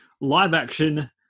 live-action